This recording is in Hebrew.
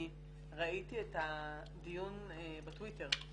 אני ראיתי את הדיון בטוויטר,